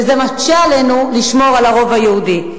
וזה מקשה עלינו לשמור על הרוב היהודי.